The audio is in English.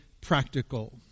practical